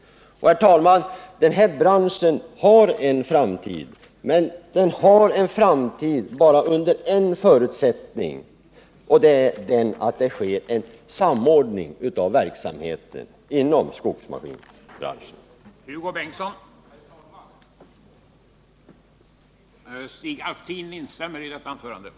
Herr talman! Branschen har en framtid men bara under en förutsättning, nämligen den att det sker en samordning av verksamheten inom skogsmaskinsbranschen.